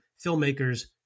filmmakers